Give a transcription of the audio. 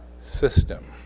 system